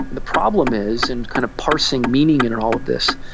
the problem is, and kind of parsing meaning and in all of this,